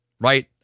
right